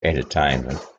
entertainment